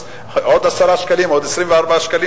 אז עוד 10 שקלים או 24 שקלים,